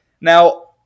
Now